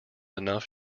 enough